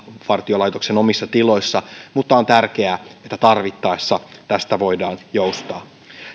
rajavartiolaitoksen omissa tiloissa mutta on tärkeää että tarvittaessa tästä voidaan joustaa